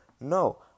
no